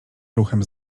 ruchem